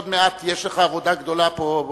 עוד מעט יש לך עבודה גדולה פה.